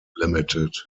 limited